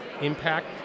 impact